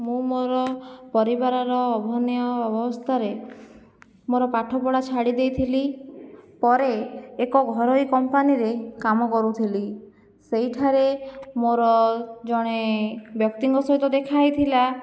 ମୁଁ ମୋ'ର ପରିବାରର ଅଭାବନୀୟ ଅବସ୍ଥାରେ ମୋ'ର ପାଠ ପଢ଼ା ଛାଡ଼ି ଦେଇଥିଲି ପରେ ଏକ ଘରୋଇ କମ୍ପାନୀରେ କାମ କରୁଥିଲି ସେହିଠାରେ ମୋ'ର ଜଣେ ବ୍ୟକ୍ତିଙ୍କ ସହିତ ଦେଖା ହେଇଥିଲା